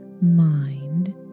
mind